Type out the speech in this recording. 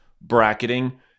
bracketing